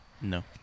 No